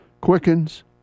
quickens